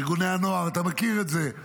ארגוני הנוער, אתה מכיר את זה.